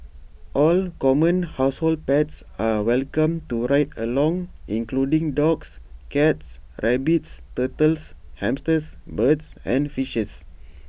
all common household pets are welcome to ride along including dogs cats rabbits turtles hamsters birds and fishes